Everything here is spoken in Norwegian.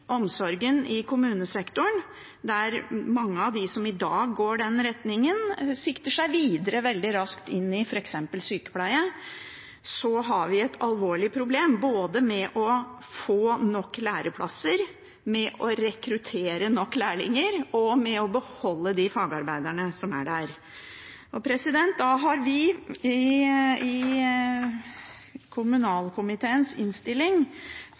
kommunesektoren – der mange av dem som i dag går i den retningen, veldig raskt sikter seg videre inn i f.eks. sykepleie – har vi et alvorlig problem både med å få nok læreplasser, med å rekruttere nok lærlinger og med å beholde de fagarbeiderne som er der. Da har vi i kommunalkomiteens innstilling